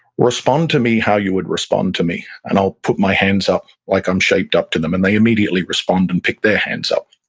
respond to me how you would respond to me. and i'll put my hands up like i'm shaped up to them, and they immediately respond and pick their hands up.